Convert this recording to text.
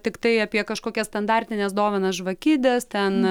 tiktai apie kažkokias standartines dovanas žvakidės ten